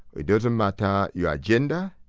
it doesn't matter your gender,